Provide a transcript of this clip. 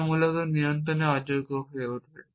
যা মূলত নিয়ন্ত্রণের অযোগ্য হয়ে যাবে